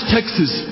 Texas